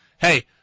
hey